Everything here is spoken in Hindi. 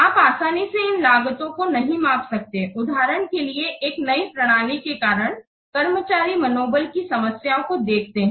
आप आसानी से इन लागतों को नहीं माप सकते हैं उदाहरण एक नई प्रणाली के कारण कर्मचारी मनोबल की समस्याओं को देखते हैं